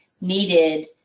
needed